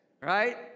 Right